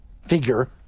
figure